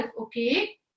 okay